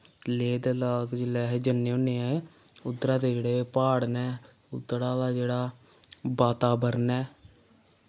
लेह् लदाख जिल्लै अस जन्ने होने उद्धरा दे जेह्ड़े प्हाड़ न उद्धरा दा जेह्ड़ा वातावरण ऐ